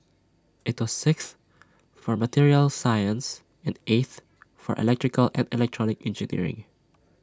IT was sixth for materials science and eighth for electrical and electronic engineering